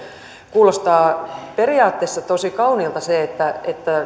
kuulostaa periaatteessa tosi kauniilta että että